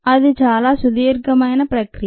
అది చాలా సుదీర్ఘమైన ప్రక్రియ